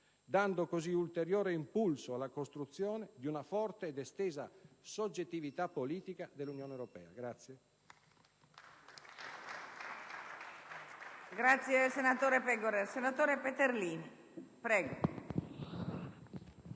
dando così ulteriore impulso alla costruzione di una forte ed estesa soggettività politica dell'Unione europea.